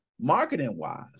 marketing-wise